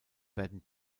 werden